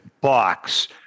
box